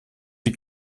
die